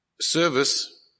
service